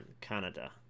Canada